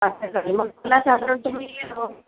चालेल चालेल मग मला साधारण तुम्ही